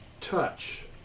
touch